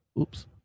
Oops